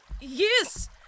Yes